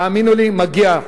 תאמינו לי, מגיע.